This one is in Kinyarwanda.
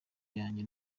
yanjye